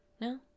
no